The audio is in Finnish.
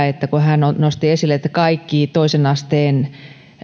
että kun hän nosti esille että kaikki toisen asteen